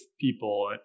people